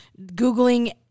Googling